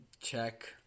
check